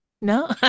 No